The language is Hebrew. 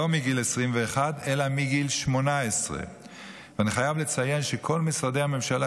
לגיל 21 אלא לגיל 18. אני חייב לציין שכל משרדי הממשלה,